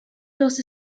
los